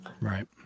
Right